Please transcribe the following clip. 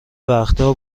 وقتا